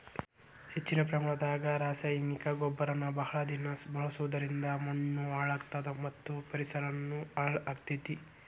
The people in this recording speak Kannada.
ಹೆಚ್ಚಿನ ಪ್ರಮಾಣದಾಗ ರಾಸಾಯನಿಕ ಗೊಬ್ಬರನ ಬಹಳ ದಿನ ಬಳಸೋದರಿಂದ ಮಣ್ಣೂ ಹಾಳ್ ಆಗ್ತದ ಮತ್ತ ಪರಿಸರನು ಹಾಳ್ ಆಗ್ತೇತಿ